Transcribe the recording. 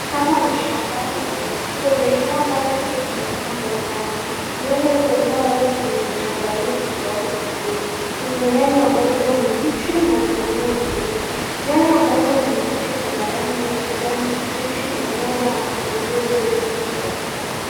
Hapa ni shambani. Kwenye shamba hili kumepandwa nyanya. Nyanya zenyewe zimechanganyika ndogo na kubwa. Kuna nyanya ambazo ni mbichi na zingine zimeiva . Nyanya ambazo ni mbichi zina rangi ya kijani kibichi na nyanya zilizoiva ni nyekundu.